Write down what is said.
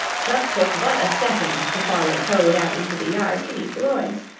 chuck took but a second to follow toad out into the yard to meet the boys.